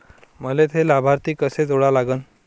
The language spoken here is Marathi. मले थे लाभार्थी कसे जोडा लागन?